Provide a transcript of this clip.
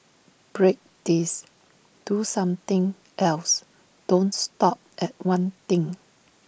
break this do something else don't stop at one thing